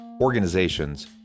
organizations